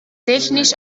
technisch